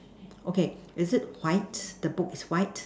okay is it white the book is white